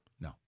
no